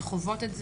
שחוות את זה.